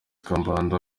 kambanda